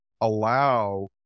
allow